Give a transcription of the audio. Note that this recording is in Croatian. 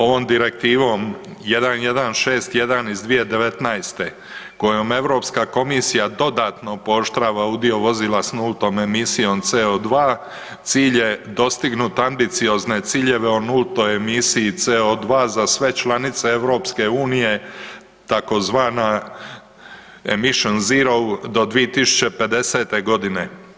Ovom Direktivom 1161 iz 2019. kojom Europska komisija dodatno pooštrava udio vozila s nultom emisijom CO2 cilj dostignuti ambiciozne ciljeve o nultom emisiji CO2 za sve članice EU tzv. emission zero do 2050. godine.